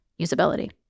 usability